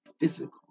physical